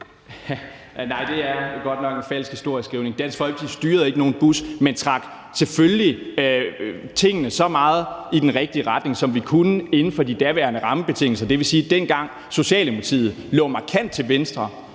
Nej, det er godt nok en falsk historieskrivning. Dansk forligsparti styrede ikke nogen bus, men trak selvfølgelig tingene så meget i den rigtige retning, som vi kunne inden for de daværende rammebetingelser – dvs. dengang Socialdemokratiet lå markant til venstre